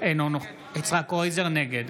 נגד